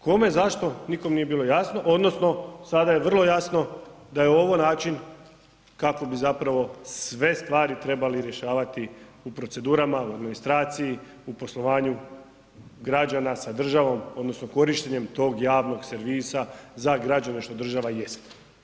Kome, zašto nikom nije bilo jasno odnosno sada je vrlo jasno da je ovo način kako bi zapravo sve stvari trebali rješavati u procedurama, u administraciji, u poslovanju građana sa državom odnosno korištenjem tog javnog servisa za građane, što država jest.